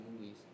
movies